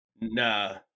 Nah